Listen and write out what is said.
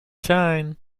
shine